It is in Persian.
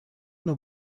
نوع